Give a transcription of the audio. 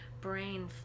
brain